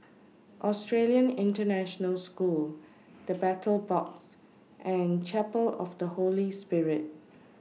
Australian International School The Battle Box and Chapel of The Holy Spirit